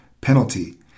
penalty